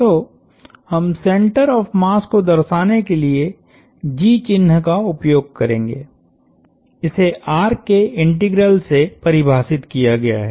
तो हम centre of mass को दर्शाने के लिए G चिन्ह का उपयोग करेंगे इसे के इंटीग्रल से परिभाषित किया गया है